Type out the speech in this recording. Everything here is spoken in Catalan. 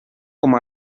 com